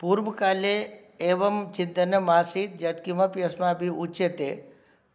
पूर्वकाले एवं चिन्तनम् आसीत् यत् किमपि अस्माभिः उच्यते